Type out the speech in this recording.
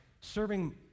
serving